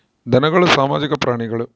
ಧನಗಳು ಸಾಮಾಜಿಕ ಪ್ರಾಣಿಗಳು